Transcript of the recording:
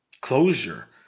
closure